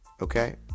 Okay